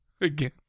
again